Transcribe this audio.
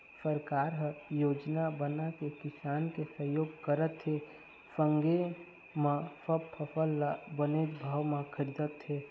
सरकार ह योजना बनाके किसान के सहयोग करत हे संगे म सब फसल ल बनेच भाव म खरीदत हे